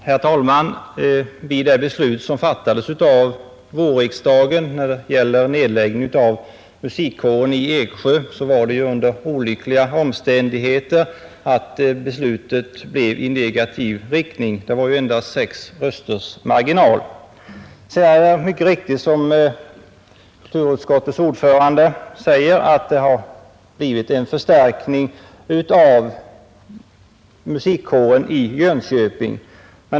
Herr talman! När beslut fattades av vårriksdagen förra året i frågan om nedläggning av musikkåren i Eksjö var det ju olyckliga omständigheter som gjorde att det kom att gå i negativ riktning. Det var ju endast en rösts marginal i andra kammaren. Det är mycket riktigt, som kulturutskottets ordförande säger, att det har blivit en förstärkning av musikkåren i Jönköping.